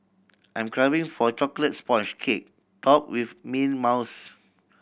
I'm craving for a chocolate sponge cake top with mint mouse